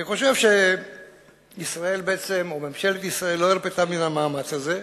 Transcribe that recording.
אני חושב שממשלת ישראל לא הרפתה מן המאמץ הזה,